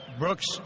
Brooks